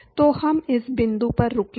तो हम इस बिंदु पर रुकेंगे